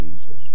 Jesus